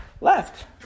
left